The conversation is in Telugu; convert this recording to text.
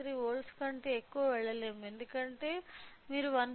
3 వోల్ట్ల కంటే ఎక్కువ వెళ్ళలేము ఎందుకంటే మీరు 1